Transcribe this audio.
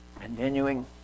Continuing